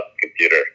computer